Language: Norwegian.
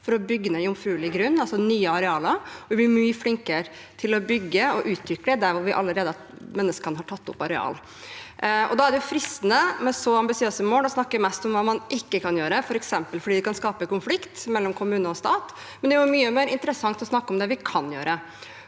for å bygge ned jomfruelig grunn – altså nye arealer – og hvor vi er mye flinkere til å bygge og utvikle der hvor menneskene allerede har tatt opp areal. Da er det fristende, med så ambisiøse mål, å snakke mest om hva man ikke kan gjøre, f.eks. fordi det kan skape konflikt mellom kommune og stat, men det er mye mer interessant å snakke om det vi kan gjøre.